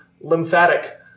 lymphatic